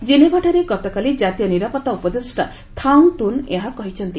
କ୍ଷେନେଭାଠାରେ ଗତକାଲି ଜାତୀୟ ନିରାପତ୍ତା ଉପଦେଷ୍ଟା ଥାଉଙ୍ଗ ତୁନ ଏହା କହିଛନ୍ତି